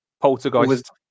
Poltergeist